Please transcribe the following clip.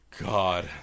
God